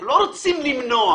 אנחנו לא רוצים למנוע,